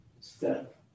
step